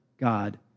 God